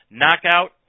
knockout